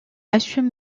assume